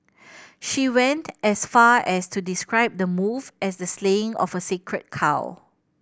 she went as far as to describe the move as the slaying of a sacred cow